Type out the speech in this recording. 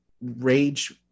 rage